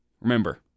remember